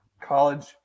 college